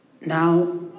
Now